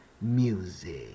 music